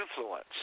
influence